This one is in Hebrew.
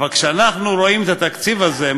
אבל כשאנחנו רואים את התקציב הזה,